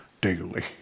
daily